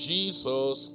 Jesus